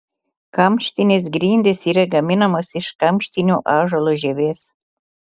kamštinės grindys yra gaminamos iš kamštinio ąžuolo žievės